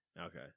okay